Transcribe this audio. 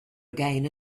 again